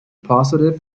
positive